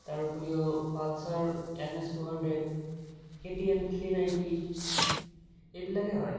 তাৰ উপৰিও Pulsar N S two hundred K T M three ninety এইবিলাকে হয়